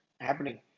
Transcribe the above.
happening